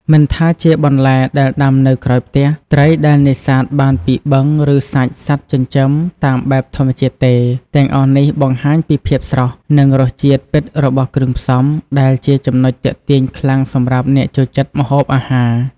មិនថាជាបន្លែដែលដាំនៅក្រោយផ្ទះ ត្រីដែលនេសាទបានពីបឹង ឬសាច់សត្វចិញ្ចឹមតាមបែបធម្មជាតិទេ ទាំងអស់នេះបង្ហាញពីភាពស្រស់ និងរសជាតិពិតរបស់គ្រឿងផ្សំ ដែលជាចំណុចទាក់ទាញខ្លាំងសម្រាប់អ្នកចូលចិត្តម្ហូបអាហារ។